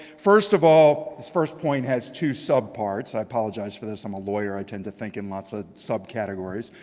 first of all, this first point has two sub-parts. i apologize for this. i'm a lawyer. i tend to think in lots of ah subcategories.